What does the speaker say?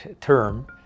term